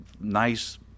nice